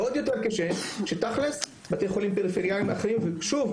ועוד יותר קשה שתכל'ס בתי חולים פריפריאליים אחרים ושוב,